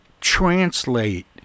translate